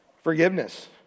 forgiveness